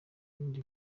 ibindi